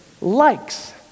Likes